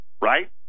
right